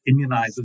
immunizes